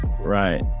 right